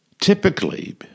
Typically